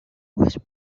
was